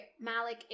Malik